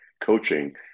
coaching